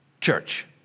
church